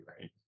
right